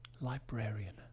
Librarian